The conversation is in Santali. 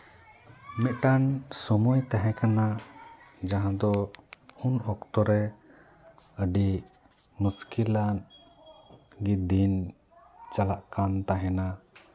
ᱢᱤᱫᱴᱮᱱ ᱥᱚᱢᱚᱭ ᱛᱟᱦᱮᱸ ᱠᱟᱱᱟ ᱡᱟᱦᱟᱸ ᱫᱚ ᱩᱱ ᱚᱠᱛᱚ ᱨᱮ ᱟᱹᱰᱤ ᱢᱩᱥᱠᱤᱞ ᱟᱱ ᱫᱤᱱ ᱪᱟᱞᱟᱜ ᱠᱟᱱ ᱛᱟᱦᱮᱱᱟ